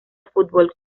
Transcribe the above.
fútbol